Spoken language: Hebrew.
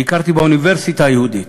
ביקרתי באוניברסיטה היהודית